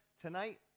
Tonight